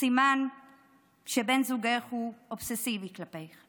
סימן שבן זוגך אובססיבי כלפייך.